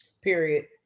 Period